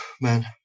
man